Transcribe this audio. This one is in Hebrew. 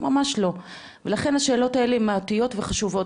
ממש לא ולכן השאלות האלה מהותיות וחשובות,